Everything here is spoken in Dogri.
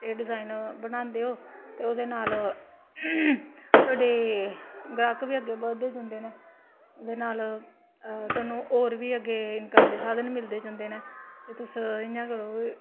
ते डिजाईन बनांदे ओ ते ओह्दे नाल तोआडी गाह्क बी अग्गें बधदे जंदे न ते नाल तोआनू होर बी अग्गें इनकम दे साधन मिलदे जंदे न ते तुस इ'यां करो कि